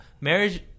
marriage